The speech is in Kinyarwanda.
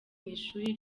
ishuri